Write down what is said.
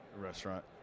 restaurant